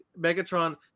Megatron